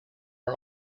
are